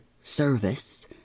service